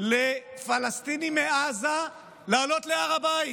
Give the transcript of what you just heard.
לפלסטינים מעזה לעלות להר הבית.